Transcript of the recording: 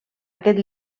aquest